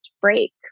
break